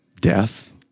death